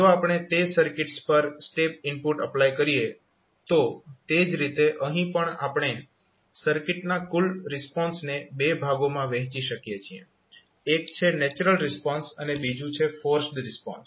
જો આપણે તે સર્કિટ્સ પર સ્ટેપ ઇનપુટ એપ્લાય કરીએ તો તે જ રીતે અહીં પણ આપણે સર્કિટના કુલ રિસ્પોન્સને બે ભાગોમાં વહેંચી શકીએ છીએ એક છે નેચરલ રિસ્પોન્સ અને બીજું છે ફોર્સ્ડ રિસ્પોન્સ